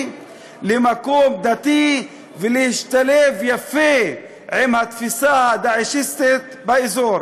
למקום דתי ולהשתלב יפה עם התפיסה ה"דאעשיסטית" באזור.